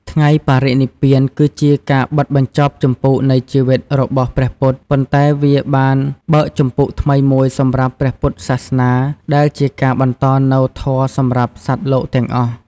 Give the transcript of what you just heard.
ថ្ងៃបរិនិព្វាន គឺជាការបិទបញ្ចប់ជំពូកនៃជីវិតរបស់ព្រះពុទ្ធ ប៉ុន្តែវាបានបើកជំពូកថ្មីមួយសម្រាប់ព្រះពុទ្ធសាសនា ដែលជាការបន្តនូវធម៌សម្រាប់សត្វលោកទាំងអស់។